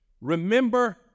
remember